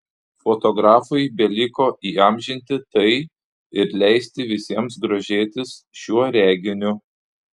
fotografui beliko įamžinti tai ir leisti visiems grožėtis šiuo reginiu